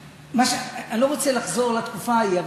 אני לא רוצה לחזור לתקופה ההיא,